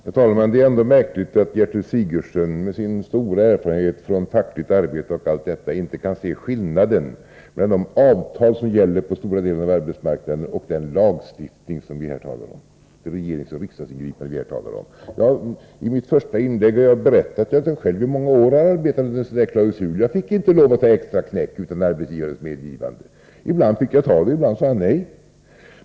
Herr talman! Det är märkligt att Gertrud Sigurdsen, med sin stora erfarenhet från fackligt arbete m.m., inte kan se skillnaden mellan de avtal som gäller på stora delar av arbetsmarknaden och den lagstiftning vi här talar om. Det är regeringsoch riksdagsingripanden vi nu talar om. I mitt första inlägg berättade jag att jag själv i många år har arbetat under en sådan här klausul. Jag fick inte lov att ta extraknäck utan arbetsgivarens medgivande — ibland fick jag ta det, ibland sade han nej.